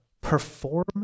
perform